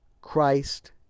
Christ